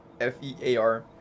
f-e-a-r